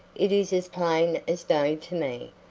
it is as plain as day to me.